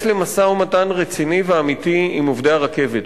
למשא-ומתן רציני ואמיתי עם עובדי הרכבת.